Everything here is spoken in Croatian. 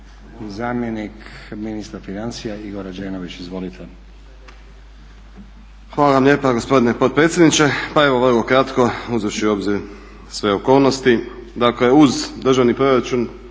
Hvala vam lijepa gospodine potpredsjedniče. Pa evo vrlo kratko. Uzevši u obzir sve okolnosti, dakle uz državni proračun